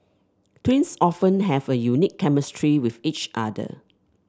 twins often have a unique chemistry with each other